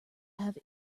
have